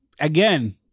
again